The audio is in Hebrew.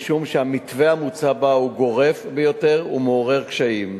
משום שהמתווה המוצע בה הוא גורף ביותר ומעורר קשיים.